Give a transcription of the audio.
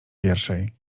pierwszej